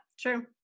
true